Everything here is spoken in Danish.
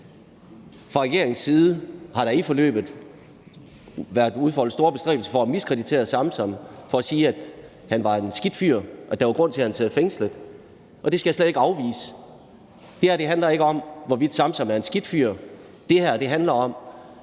Fra regeringens side har der i forløbet været udfoldet store bestræbelser for at miskreditere Samsam ved at sige, at han var en skidt fyr, og at der var grund til, at han sad fængslet. Det skal jeg slet ikke afvise. Det her handler ikke om, hvorvidt Samsam er en skidt fyr; det her handler om,